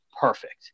perfect